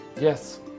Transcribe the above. Yes